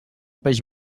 peix